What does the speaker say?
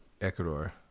Ecuador